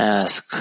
ask